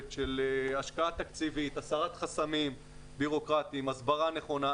של הסרת חסמים בירוקרטיים והסברה נכונה.